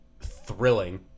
thrilling